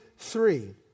Three